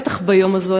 בטח ביום הזה,